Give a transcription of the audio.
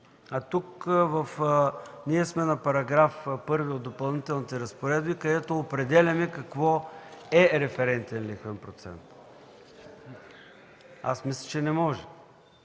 Тук сме на § 1 от Допълнителните разпоредби, където определяме какво е „референтен лихвен процент”. Аз мисля, че не може,